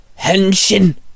Henshin